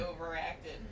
overacted